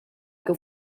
que